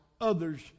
others